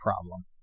problem